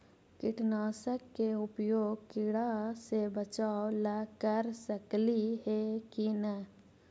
कीटनाशक के उपयोग किड़ा से बचाव ल कर सकली हे की न?